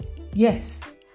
Yes